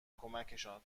کمکشان